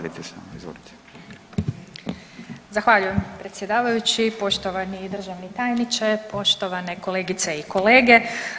Zahvaljujem predsjedavajući, poštovani državni tajniče, poštovane kolegice i kolege.